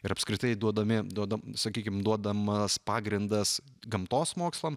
ir apskritai duodami duodam sakykim duodamas pagrindas gamtos mokslam